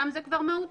שם זה כבר מהותי.